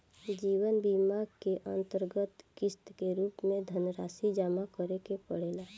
जीवन बीमा के अंतरगत किस्त के रूप में धनरासि जमा करे के पड़ेला